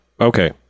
Okay